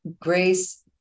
Grace